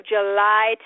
July